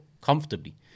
comfortably